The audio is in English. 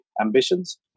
ambitions